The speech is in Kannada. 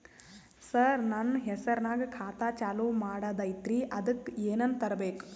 ಸರ, ನನ್ನ ಹೆಸರ್ನಾಗ ಖಾತಾ ಚಾಲು ಮಾಡದೈತ್ರೀ ಅದಕ ಏನನ ತರಬೇಕ?